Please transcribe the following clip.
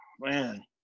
man